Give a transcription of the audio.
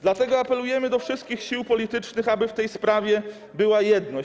Dlatego apelujemy do wszystkich sił politycznych, aby w tej sprawie była jedność.